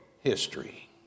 history